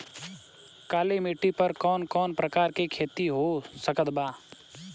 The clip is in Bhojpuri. काली मिट्टी पर कौन कौन प्रकार के खेती हो सकत बा?